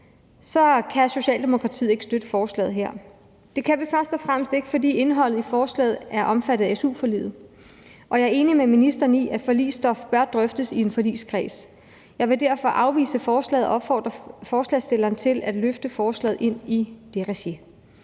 på, kan Socialdemokratiet ikke støtte forslaget her. Det kan vi først og fremmest ikke, fordi indholdet i forslaget er omfattet af su-forliget, og jeg er enig med ministeren i, at forligsstof bør drøftes i en forligskreds. Jeg vil derfor afvise forslaget og opfordre forslagsstillerne til at løfte forslaget ind i det regi.